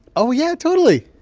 oh, yeah, totally.